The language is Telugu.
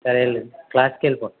సరే వెళ్ళు క్లాస్కి వెళ్ళీపో